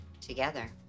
together